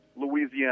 Louisiana